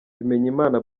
bimenyimana